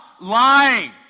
lying